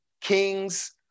kings